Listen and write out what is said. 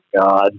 God